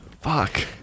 Fuck